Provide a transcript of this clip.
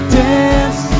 dance